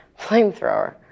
flamethrower